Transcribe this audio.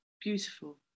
beautiful